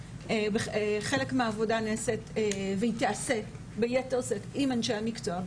חלק מהעבודה נעשית ותיעשה ביתר שאת עם אנשי המקצוע,